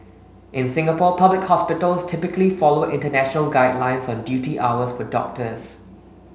in Singapore public hospitals typically follow international guidelines on duty hours for doctors